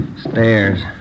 Stairs